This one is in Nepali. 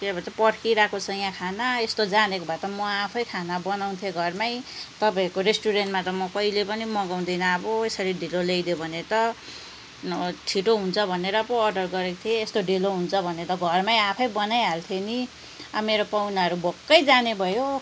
के भन्छ पर्खिरहेको छ यहाँ खाना यस्तो जानेको भए त म आफै खाना बनाउँथेँ घरमै तपाईँहरूको रेस्टुरेन्टमा म कहिले पनि मगाउँदिनँ अब यसरी ढिलो ल्याइदियो भने त छिटो हुन्छ भनेर पो अर्डर गरेको थिएँ यस्तो ढिलो हुन्छ भने त घरमै आफै बनाइहाल्थेँ नि अब मेरो पाहुनाहरू भोकै जाने भयो